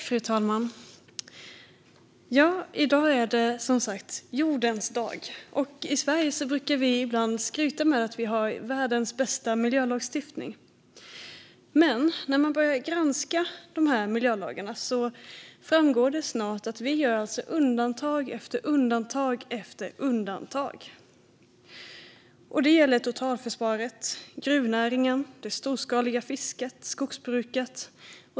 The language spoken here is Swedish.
Fru talman! I dag är det som sagt jordens dag. I Sverige brukar vi ibland skryta med att vi har världens bästa miljölagstiftning. Men när man börjar granska våra miljölagar framgår det snart att vi gör undantag efter undantag. Det gäller totalförsvaret, gruvnäringen, det storskaliga fisket och skogsbruket.